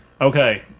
Okay